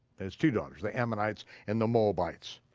his two daughters, the ammonites and the moabites.